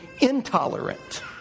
intolerant